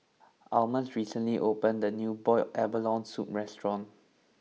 Almus recently opened a new Boiled Abalone Soup restaurant